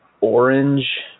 orange